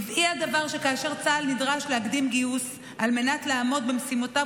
טבעי הדבר שכאשר צה"ל נדרש להקדים גיוס על מנת לעמוד במשימותיו,